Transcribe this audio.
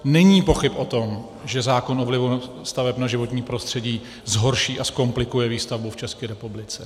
Není pochyb o tom, že zákon o vlivu staveb na životní prostředí zhorší a zkomplikuje výstavbu v České republice.